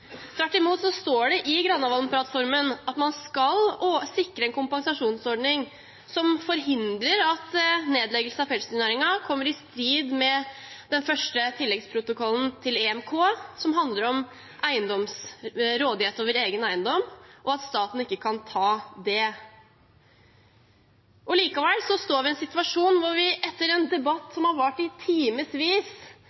Tvert imot står det i Granavolden-plattformen at man skal sikre en kompensasjonsordning som forhindrer at nedleggelse av pelsdyrnæringen kommer i strid med den første tilleggsprotokollen til EMK, som handler om råderett over egen eiendom, og at staten ikke kan ta det. Likevel står vi i en situasjon hvor vi, etter en debatt